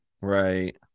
Right